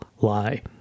lie